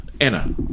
Anna